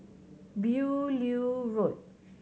Beaulieu Road